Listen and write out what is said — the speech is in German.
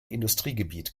industriegebiet